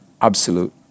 absolute